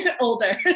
older